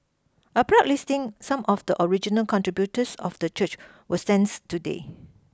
a plaque listing some of the original contributors of the church will stands today